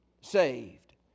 saved